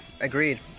agreed